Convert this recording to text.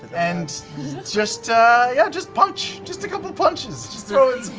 and just yeah just punch! just a couple punches. just throwing